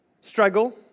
struggle